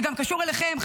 זה גם קשור אליכם,